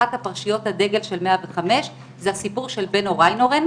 אחת מפרשיות הדגל של 105 היא הסיפור של בנו ריינהורן,